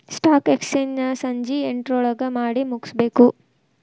stock exchange ನ ಸಂಜಿ ಎಂಟ್ರೊಳಗಮಾಡಿಮುಗ್ಸ್ಬೇಕು